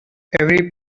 every